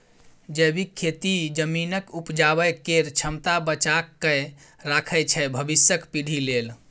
जैबिक खेती जमीनक उपजाबै केर क्षमता बचा कए राखय छै भबिसक पीढ़ी लेल